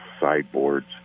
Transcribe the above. sideboards